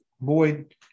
Boyd